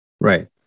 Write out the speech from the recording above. right